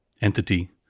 entity